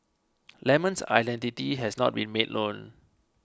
lemon's identity has not been made known